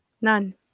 None